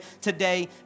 today